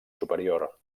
superior